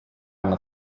nad